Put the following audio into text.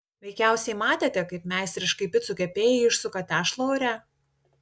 veikiausiai matėte kaip meistriškai picų kepėjai išsuka tešlą ore